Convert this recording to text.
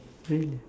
really